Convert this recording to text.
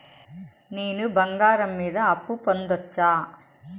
నేను బంగారం మీద అప్పు పొందొచ్చా?